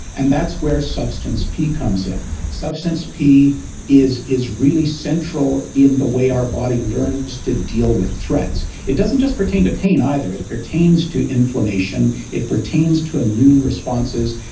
and that's where substance p comes in substance p is is really central in the way our body learns to deal with threats it doesn't just pertain to pain either, it pertains to inflammation, it pertains to immune responses,